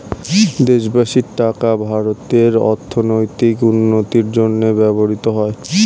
দেশবাসীর টাকা ভারতের অর্থনৈতিক উন্নতির জন্য ব্যবহৃত হয়